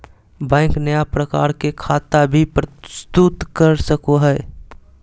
bank नया प्रकार के खता भी प्रस्तुत कर सको हइ